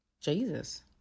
Jesus